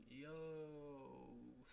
yo